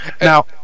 Now